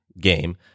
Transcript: game